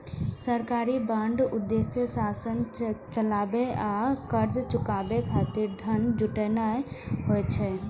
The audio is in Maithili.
सरकारी बांडक उद्देश्य शासन चलाबै आ कर्ज चुकाबै खातिर धन जुटेनाय होइ छै